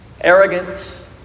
arrogance